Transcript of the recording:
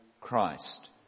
Christ